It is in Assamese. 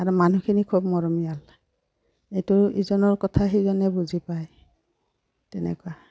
আৰু মানুহখিনি খুব মৰমিয়াল এইটো ইজনৰ কথা সিজনে বুজি পায় তেনেকুৱা